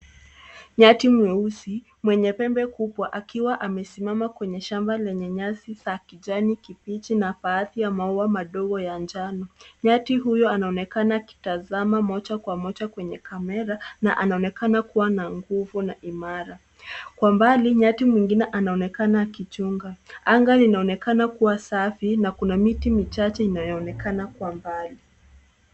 Nyati mweusi, mwenye pembe kubwa akiwa amesimama kwenye shamba lenye nyasi za kijani kibichi na baadhi ya maua madogo ya njano. Nyati huyo anaonekana akitazama moja kwa moja kwenye kamera, na anaonekana kuwa nguvu na imara. Kwa mbali, nyati mwingine anaonekana akichunga. Anga linaonekana kuwa safi, na kuna miti michache inayo onekana kwa mbali.